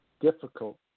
difficult